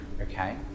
Okay